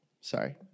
Sorry